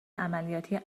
عملیاتی